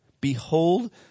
Behold